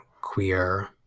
queer